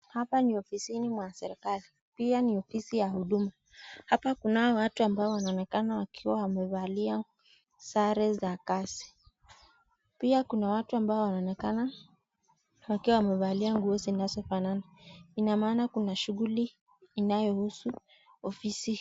Hapa ni ofisini mwa serikali, pia ni ofisi ya huduma hapa kunao watu ambao wanaonekana wakiwa wamevalia sare za kazi, pia kuna watu ambao wanaonekana wakiwa wamevalia nguo zinazofanana ina maana kuna shughuli inayohusu ofisi.